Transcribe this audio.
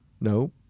No